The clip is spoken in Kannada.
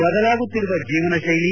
ಬದಲಾಗುತ್ತಿರುವ ಜೀವನ ಶೈಲಿ